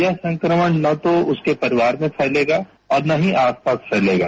यह संक्रमण न तो उसके परिवार में फैलेगा और न ही आसपास फैलेगा